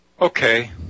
Okay